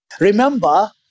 Remember